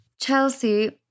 Chelsea